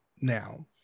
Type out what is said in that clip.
now